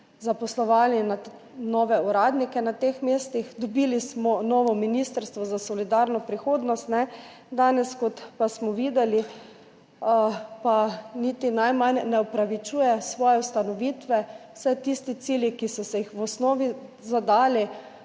zaposlovali nove uradnike na teh mestih. Dobili smo novo Ministrstvo za solidarno prihodnost, danes, kot pa smo videli, pa niti najmanj ne opravičuje svoje ustanovitve, saj tisti cilji, ki so si jih v osnovi zadali,